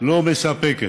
לא מספקת.